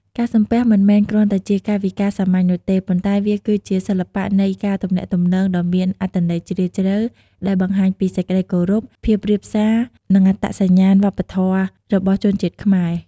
ការសំពះមិនមែនគ្រាន់តែជាកាយវិការសាមញ្ញនោះទេ ប៉ុន្តែវាគឺជា សិល្បៈនៃការទំនាក់ទំនង ដ៏មានអត្ថន័យជ្រាលជ្រៅ ដែលបង្ហាញពី សេចក្ដីគោរព ភាពរាបទាប និងអត្តសញ្ញាណវប្បធម៌ របស់ជនជាតិខ្មែរ។